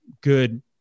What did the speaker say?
good